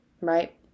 right